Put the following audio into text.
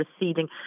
receding